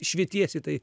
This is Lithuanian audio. švietiesi tai